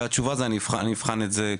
והתשובה היא 'אני אבחן את זה בחיוב'.